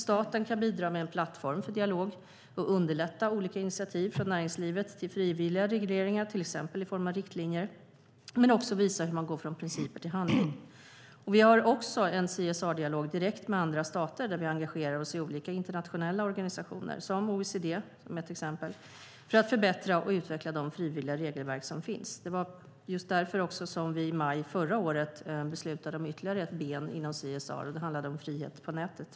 Staten kan bidra med en plattform för dialog och underlätta olika initiativ från näringslivet till frivilliga regleringar, till exempel i form av riktlinjer, men också visa hur man går från principer till handling. Vi har också en CSR-dialog direkt med andra stater där vi engagerar oss i olika internationella organisationer - OECD är ett exempel - för att förbättra och utveckla de frivilliga regelverk som finns. Det var just därför som vi i maj förra året beslutade om ytterligare ett ben inom CSR. Vid det tillfället handlade det om frihet på nätet.